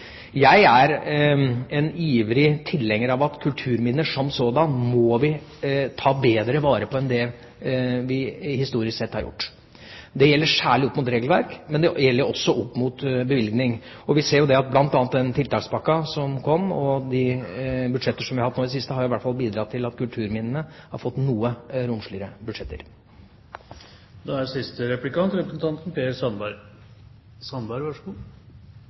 jeg skal ta med innspillet. Jeg er en ivrig tilhenger av at kulturminner som sådan må vi ta bedre vare på enn det vi historisk sett har gjort. Det gjelder særlig opp mot regelverk, men det gjelder også opp mot bevilgning. Vi ser at bl.a. den tiltakspakken som kom, og de budsjetter vi har hatt nå i det siste, i hvert fall har bidratt til at kulturminnene har fått noe romsligere budsjetter. Statsråden har helt rett i at dette ikke er